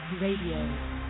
Radio